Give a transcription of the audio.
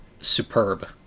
superb